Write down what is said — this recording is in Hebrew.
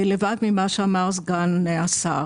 לבד ממה שאמר סגן השר,